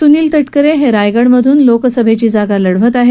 सुनील तटकरे हे रायगडमधून लोकसभेची जागा लढवत आहेत